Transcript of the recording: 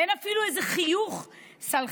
אין אפילו איזה חיוך סלחני.